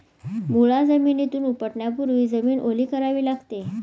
मुळा जमिनीतून उपटण्यापूर्वी जमीन ओली करावी लागते